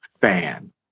fan